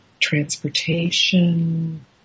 transportation